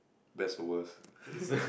best or worst